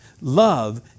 Love